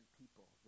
people